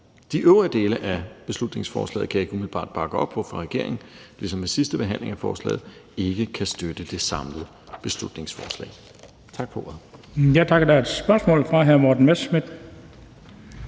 De øvrige dele af beslutningsforslaget kan jeg ikke umiddelbart bakke op om fra regeringens side, ligesom jeg ved sidste behandling af forslaget ikke kan støtte det samlede beslutningsforslag.